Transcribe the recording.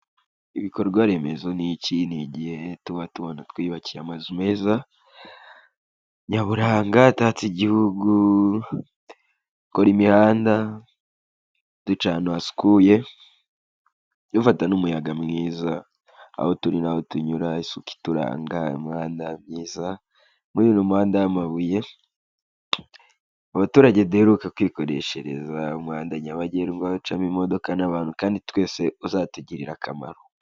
Ibikorwa remezo ni iki? Ni igihe tuba tubona twiyubakiye amazu meza nyaburanga atatse Igihugu, gukora imihanda, duca ahantu hasukuye, dufata n'umuyaga mwiza aho turi n'aho tunyura isuku ituranga, imihanda myiza. Muri uyu umuhanda w'amabuye abaturage duheruka kwikoreshereza umuhanda nyabagendwa ucamo imodoka n'abantu kandi twese uzatugirira akamaro.